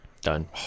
Done